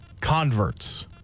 converts